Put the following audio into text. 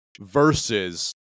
versus